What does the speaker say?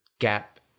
gap